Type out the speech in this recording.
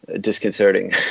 disconcerting